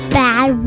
bad